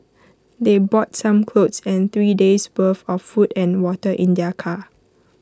they brought some clothes and three days' worth of food and water in their car